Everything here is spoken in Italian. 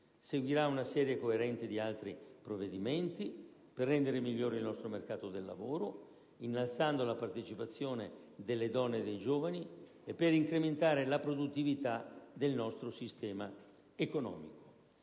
Seguirà una serie coerente di altri provvedimenti, per rendere migliore il nostro mercato del lavoro, innalzando la partecipazione delle donne e dei giovani, e per incrementare la produttività del nostro sistema economico.